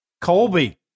Colby